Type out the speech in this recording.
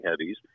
heavies